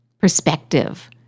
perspective